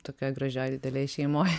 tokioj gražioj didelėj šeimoj